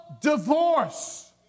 divorce